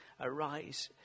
Arise